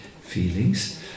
feelings